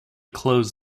closed